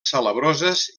salabroses